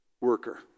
worker